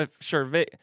sure